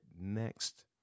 next